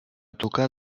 tocar